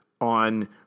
on